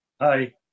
Hi